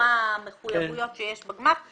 במחויבויות שיש בגמ"ח,